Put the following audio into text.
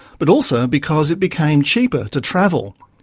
but also because it became cheaper to travel.